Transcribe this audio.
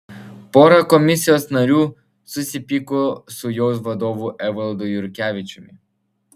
pora komisijos narių susipyko su jos vadovu evaldu jurkevičiumi